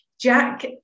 Jack